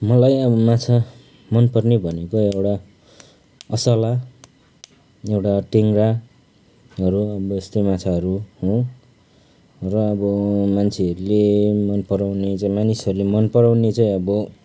मलाई अब माछा मन पर्ने भनेको एउटा असला एउटा टेङ्गाहरू अब यस्तै माछाहरू हो र अब मान्छेहरूले मनपराउने मानिसहरूले मनपराउने चाहिँ अब